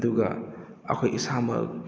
ꯑꯗꯨꯒ ꯑꯩꯈꯣꯏ ꯏꯁꯥꯃꯛ